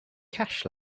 cash